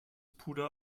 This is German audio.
puder